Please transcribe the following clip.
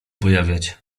pojawiać